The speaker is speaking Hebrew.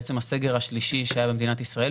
בעצם הסגר השלישי שהיה במדינת ישראל,